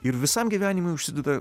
ir visam gyvenimui užsideda